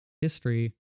history